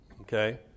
Okay